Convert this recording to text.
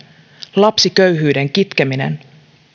lapsiköyhyyden kitkeminen